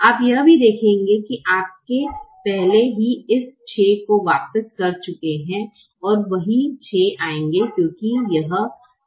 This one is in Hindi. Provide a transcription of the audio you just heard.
आप यह भी देखेंगे कि आपके पहले ही इस 6 को वापस कर चुके हैं और वही 6 आएंगे क्योंकि यह 244 भी 6 है